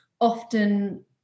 often